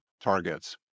targets